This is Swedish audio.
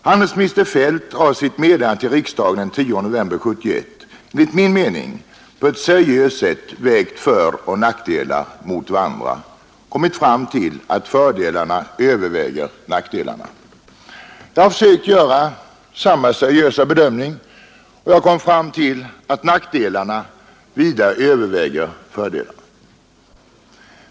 Handelsminister Feldt har i sitt meddelande till riksdagen den 10 november 1971 enligt min mening på ett seriöst sätt vägt föroch nackdelar mot varandra och kommit fram till att fördelarna överväger nackdelarna. Jag har försökt göra samma seriösa bedömning och har kommit fram till att nackdelarna vida överväger fördelarna.